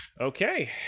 Okay